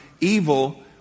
evil